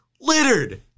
littered